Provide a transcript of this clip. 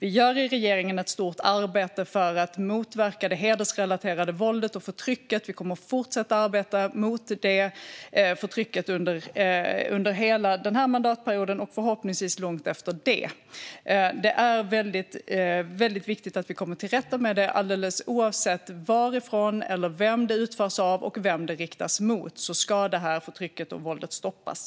I regeringen gör vi ett stort arbete för att motverka det hedersrelaterade våldet och förtrycket. Vi kommer att fortsätta att arbeta mot detta förtryck under hela mandatperioden och förhoppningsvis långt efter det. Det är väldigt viktigt att vi kommer till rätta med det här. Alldeles oavsett varifrån det kommer, vem som utför det eller vem det riktas mot ska förtrycket och våldet stoppas.